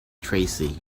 tracy